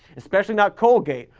especially not colgate.